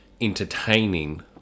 entertaining